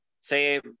say